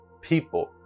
people